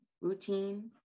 routine